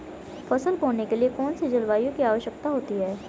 फसल बोने के लिए कौन सी जलवायु की आवश्यकता होती है?